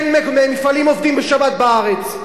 כן, מפעלים עובדים בשבת בארץ.